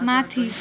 माथि